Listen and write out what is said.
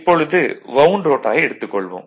இப்பொழுது வவுண்டு ரோட்டாரை எடுத்துக் கொள்வோம்